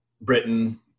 Britain